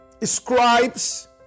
scribes